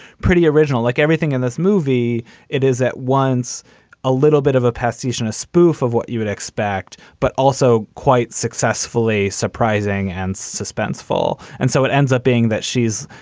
pretty original, like everything in this movie it is at once a little bit of a pastiche and a spoof of you would expect, but also quite successfully surprising and suspenseful. and so it ends up being that she's,